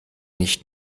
nicht